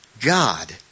God